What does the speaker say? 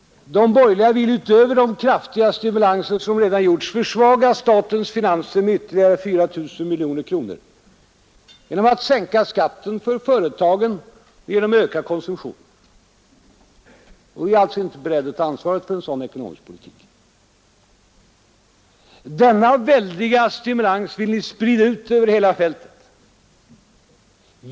De borgerliga vill utöver de kraftiga stimulansåtgärder som redan vidtagits försvaga statens finanser med ytterligare 4 000 miljoner kronor genom att sänka skatten för företagen och genom att öka konsumtionen. Vi är alltså inte beredda att ta ansvaret för en sådan ekonomisk politik, Ni vill sprida ut denna väldiga stimulans över hela fältet.